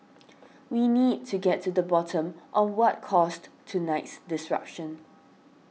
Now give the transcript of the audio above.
we need to get to the bottom of what caused tonight's disruption